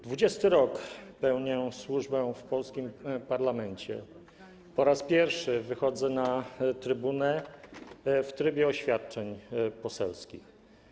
20. rok pełnię służbę w polskim parlamencie, ale po raz pierwszy wychodzę na trybunę w trybie oświadczeń poselskich.